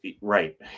right